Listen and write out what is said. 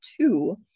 two